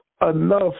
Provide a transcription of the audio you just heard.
enough